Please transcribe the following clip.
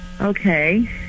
Okay